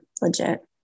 legit